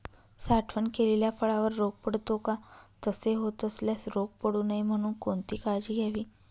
साठवण केलेल्या फळावर रोग पडतो का? तसे होत असल्यास रोग पडू नये म्हणून कोणती काळजी घ्यावी?